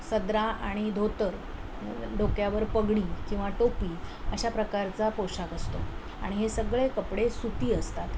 सदरा आणि धोतर डोक्यावर पगडी किंवा टोपी अशा प्रकारचा पोशाख असतो आणि हे सगळे कपडे सुती असतात